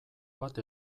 bat